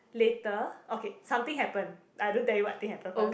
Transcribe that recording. later okay something happened I don't tell you what thing happen first